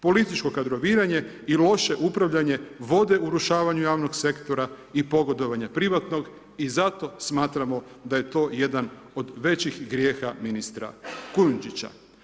Političko kadroviranje i loše upravljanje vode urušavanju javnog sektora i pogodovanje privatnog i zato smatramo da je to jedan od većih grijeha ministra Kujundžića.